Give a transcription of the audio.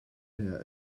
her